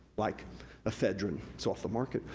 like ephedrine, it's off the market,